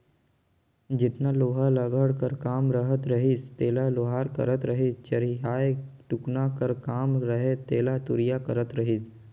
जेतना लोहा लाघड़ कर काम रहत रहिस तेला लोहार करत रहिसए चरहियाए टुकना कर काम रहें तेला तुरिया करत रहिस